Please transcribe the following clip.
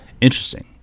Interesting